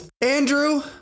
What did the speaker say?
Andrew